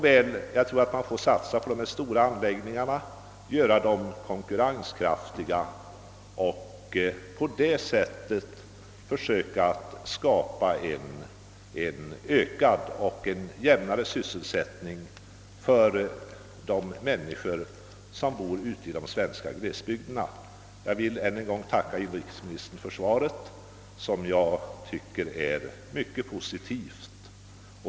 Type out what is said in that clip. Vi får nog, som sagt, satsa på stora anläggningar som är konkurrenskraftiga för att på det sättet försöka åstadkomma ökad och jämnare sysselsättning för de människor som bor ute i glesbygderna. Jag vill än en gång tacka inrikesministern för svaret, som jag tycker är mycket positivt.